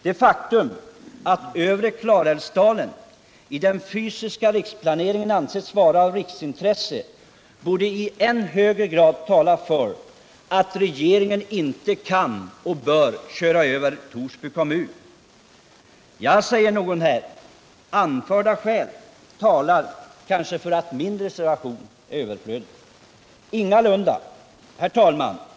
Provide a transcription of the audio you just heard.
Det faktum att övre Klarälvsdalen i den fysiska riksplaneringen ansetts vara av riksintresse borde i än högre grad tala för att regeringen inte kan och inte bör köra över Torsby kommun. Ja, säger någon, här anförda skäl talar kanske för att min reservation är överflödig. Ingalunda, herr talman!